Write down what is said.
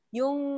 yung